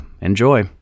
Enjoy